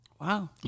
Wow